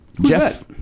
Jeff